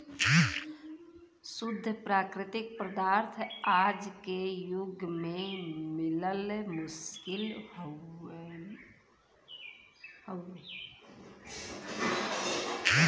शुद्ध प्राकृतिक पदार्थ आज के जुग में मिलल मुश्किल हउवे